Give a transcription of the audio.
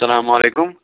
سَلامُ علیکُم